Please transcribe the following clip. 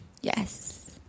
Yes